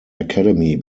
academy